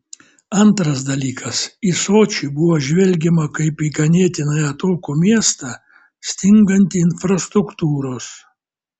antras dalykas į sočį buvo žvelgiama kaip į ganėtinai atokų miestą stingantį infrastruktūros